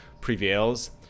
prevails